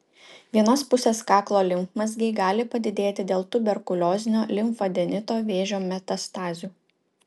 vienos pusės kaklo limfmazgiai gali padidėti dėl tuberkuliozinio limfadenito vėžio metastazių